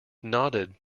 nodded